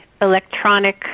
electronic